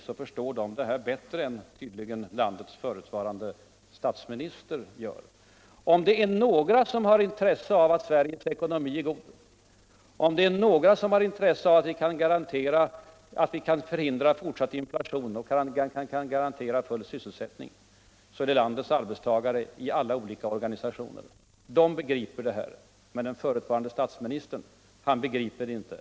De förstår det här bättre än vad landets förutvarande statsminister tydligen gör. Om det är några som har intresse av att Sveriges ckonomi är god. om det är några som har intresse av att vi kan förhindra en fortsatt inflation och skapa full sysselsättning, så är det landetws arbetstagare I olika organisationer. De begriper detta, men den förutvarande statsministern begriper det inte.